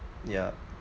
yeah